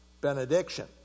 benediction